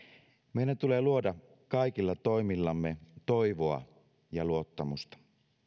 meidän tulee luoda kaikilla toimillamme toivoa ja luottamusta